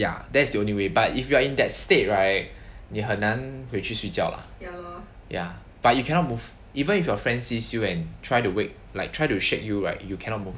ya that's the only way but if you are in that state right 你很难回去睡觉 lah ya but you cannot move even if you are friends sees you and try to wake like try to shake you right you cannot move